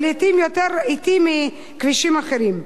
לעתים יותר אטי מכבישים אחרים.